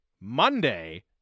Monday